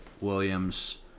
Williams